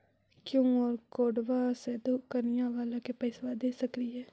QR कोडबा से दुकनिया बाला के पैसा दे सक्रिय?